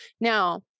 Now